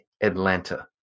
Atlanta